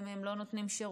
למי הם לא נותנים שירות,